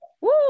Woo